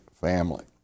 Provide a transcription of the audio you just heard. family